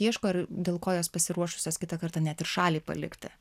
ieško ir dėl ko jos pasiruošusios kitą kartą net ir šalį palikti